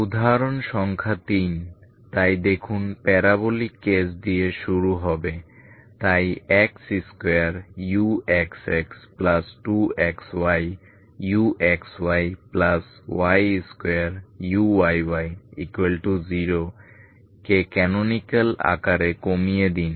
উদাহরণ সংখ্যা তিন তাই দেখুন প্যারাবোলিক কেস দিয়ে শুরু হবে তাই x2uxx2xyuxyy2uyy0 কে ক্যানোনিকাল আকারে কমিয়ে দিন